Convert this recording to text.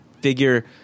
figure